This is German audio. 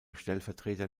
stellvertreter